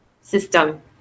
system